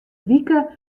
wike